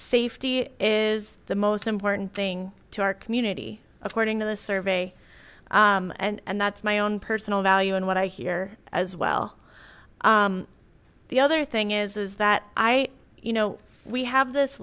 safety is the most important thing to our community according to the survey and that's my own personal value and what i hear as well the other thing is that i you know we have this